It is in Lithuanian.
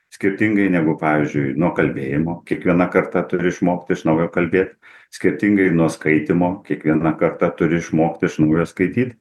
skirtingai negu pavyzdžiui nuo kalbėjimo kiekviena karta turi išmokt iš naujo kalbė skirtingai nuo skaitymo kiekviena karta turi išmokt iš naujo skaityt